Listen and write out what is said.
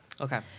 Okay